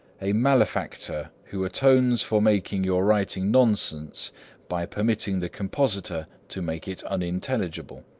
a malefactor who atones for making your writing nonsense by permitting the compositor to make it unintelligible.